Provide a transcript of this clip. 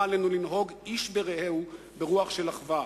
עליהם לנהוג איש ברעהו ברוח של אחווה".